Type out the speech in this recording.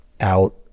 out